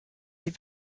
sie